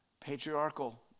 Patriarchal